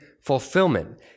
fulfillment